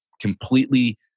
completely